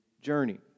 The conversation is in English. journey